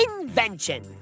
invention